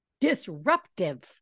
disruptive